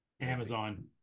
Amazon